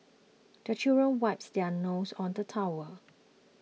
the children wipes their noses on the towel